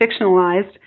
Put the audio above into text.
fictionalized